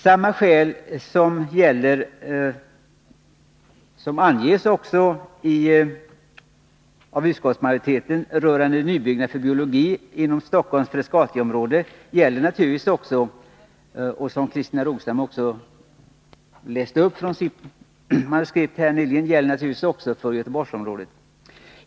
Samma skäl som utskottsmajoriteten angett, och Christina Rogestam här redovisat, rörande nybyggnad för biologi inom Frescatiområdet i Stockholm gäller naturligtvis också för Göteborgsområdet.